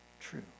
true